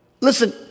Listen